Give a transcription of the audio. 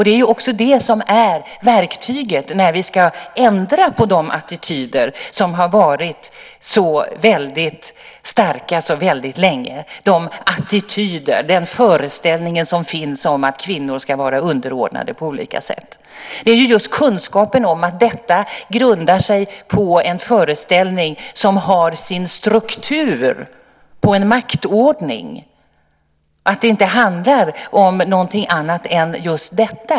Det är också det som är verktyget när vi ska ändra på de attityder som har varit så väldigt starka så väldigt länge. Det handlar om den föreställning som finns om att kvinnor ska vara underordnade på olika sätt. Det handlar just om kunskapen om att detta grundar sig på en föreställning som har sin struktur på en maktordning. Det handlar inte om någonting annat än just detta.